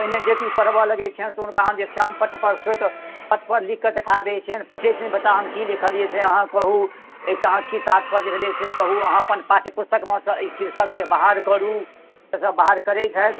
पहिने जे किछु पढ़बय लगैत छियनि तऽ हुनका हम जे श्यामपट्टपर श्वेत पट्टपर लिख कऽ देखा दैत छियनि पूछैत छियनि बच्चा हम की लिखलियै से अहाँ कहू एहिसँ अहाँके की तात्पर्य भेलै से कहू अहाँ अपन पाठ्य पुस्तकमे से एहि शीर्षककेँ बाहर करू सेसभ बाहर करैत छथि